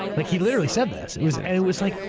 like he literally said this. it was and was like,